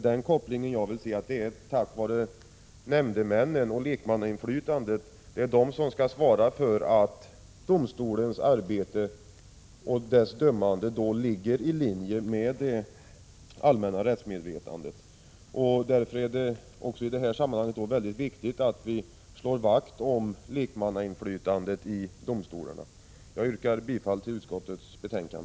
Det är nämndemännen som skall svara för att domstolens arbete och dess dömande ligger i linje med det allmänna rättsmedvetandet. Därför är det också viktigt att vi även i detta sammanhang slår vakt om lekmannainflytandet i domstolarna. Herr talman! Jag yrkar bifall till utskottets hemställan.